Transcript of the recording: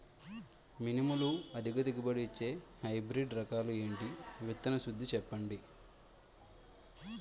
మినుములు అధిక దిగుబడి ఇచ్చే హైబ్రిడ్ రకాలు ఏంటి? విత్తన శుద్ధి చెప్పండి?